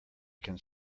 can